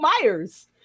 Myers